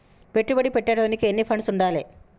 పెట్టుబడి పెట్టేటోనికి ఎన్ని ఫండ్స్ ఉండాలే?